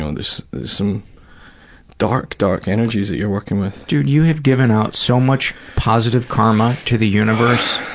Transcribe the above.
um there's some dark, dark energies that you're working with. dude, you have given out so much positive karma to the universe.